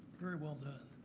very well done.